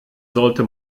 sollte